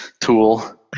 tool